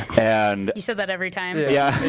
and you said that every time? yeah!